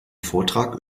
vortrag